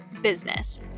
business